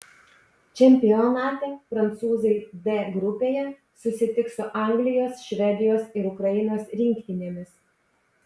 čempionate prancūzai d grupėje susitiks su anglijos švedijos ir ukrainos rinktinėmis